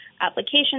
application